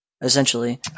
essentially